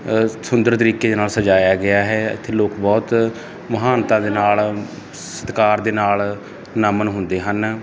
ਸੁੰਦਰ ਤਰੀਕੇ ਨਾਲ ਸਜਾਇਆ ਗਿਆ ਹੈ ਇੱਥੇ ਲੋਕ ਬਹੁਤ ਮਹਾਨਤਾ ਦੇ ਨਾਲ ਸਤਿਕਾਰ ਦੇ ਨਾਲ ਨਮਨ ਹੁੰਦੇ ਹਨ